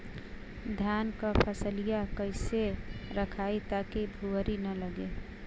धान क फसलिया कईसे रखाई ताकि भुवरी न लगे?